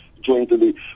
jointly